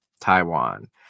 Taiwan